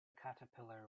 caterpillar